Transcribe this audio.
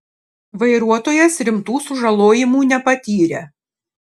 vairuotojas rimtų sužalojimų nepatyrė